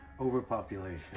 overpopulation